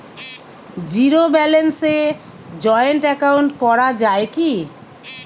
Zero ব্যালেন্সে joint account করা য়ায় কি?